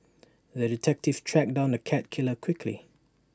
the detective tracked down the cat killer quickly